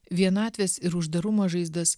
vienatvės ir uždarumo žaizdas